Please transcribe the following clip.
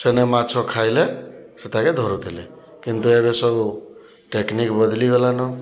ସେନେ ମାଛ ଖାଇଲେ ସେତାକେ ଧରୁଥିଲେ କିନ୍ତୁ ଏବେ ସବୁ ଟେକ୍ନିକ୍ ବଦଲିଗଲା ନ